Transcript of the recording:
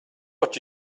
what